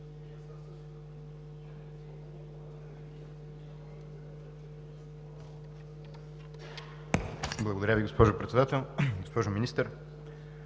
Благодаря Ви, госпожо Председател. Госпожо Министър,